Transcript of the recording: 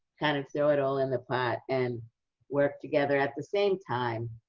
kind of throw it all in the pot and work together at the same time,